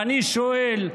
ואני שואל,